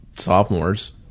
Sophomores